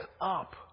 up